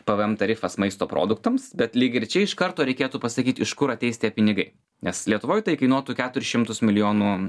pvm tarifas maisto produktams bet lyg ir čia iš karto reikėtų pasakyt iš kur ateis tie pinigai nes lietuvoj tai kainuotų keturis šimtus milijonų